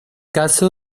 caso